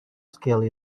scale